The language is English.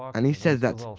and he said that, so